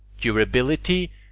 Durability